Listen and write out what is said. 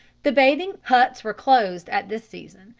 the bathing huts were closed at this season,